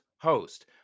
host